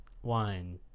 one